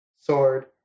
sword